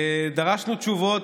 דרשנו תשובות,